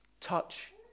touch